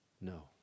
No